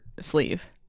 sleeve